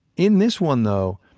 in this one though,